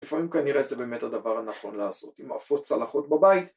לפעמים כנראה זה באמת הדבר הנכון לעשות, אם עפות צלחות בבית...